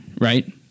right